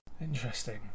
Interesting